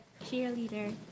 cheerleader